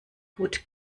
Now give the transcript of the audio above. gut